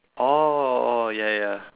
oh oh ya ya